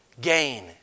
Gain